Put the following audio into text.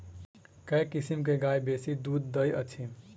केँ किसिम केँ गाय बेसी दुध दइ अछि?